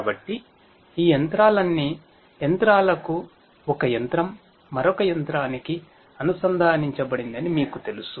కాబట్టి ఈ యంత్రాలన్నీ యంత్రాలకు ఒక యంత్రం మరొక యంత్రానికి అనుసంధానించబడిందని మీకు తెలుసు